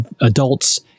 adults